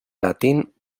latín